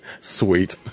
Sweet